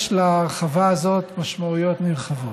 יש להרחבה הזאת משמעויות נרחבות.